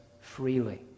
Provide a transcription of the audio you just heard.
freely